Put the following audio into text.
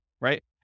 right